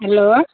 hello